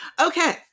okay